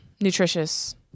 nutritious